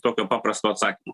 tokio paprasto atsakymo